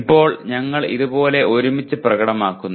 ഇപ്പോൾ ഞങ്ങൾ ഇതുപോലെ ഒരുമിച്ച് പ്രകടമാക്കുന്നു